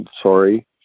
sorry